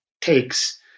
takes